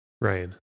Ryan